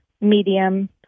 medium